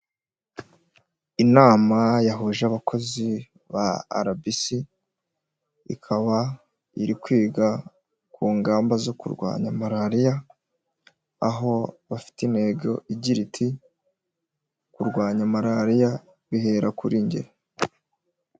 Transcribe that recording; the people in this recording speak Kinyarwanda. Inama yahuje abakozi ba arabisi ikaba iri kwiga ku ngamba zo kurwanya malariya, aho bafite intego igira iti "kurwanya malariya bihera kuri njye".